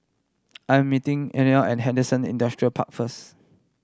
I'm meeting Eleni at Henderson Industrial Park first